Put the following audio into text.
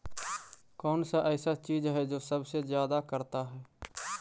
कौन सा ऐसा चीज है जो सबसे ज्यादा करता है?